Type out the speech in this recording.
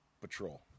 patrol